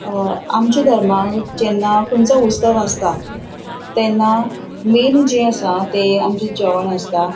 आमच्या धर्मांत जेन्ना खंयचोय उत्सव आसता तेन्ना मैन जें आसा तें आमचें जेवण आसता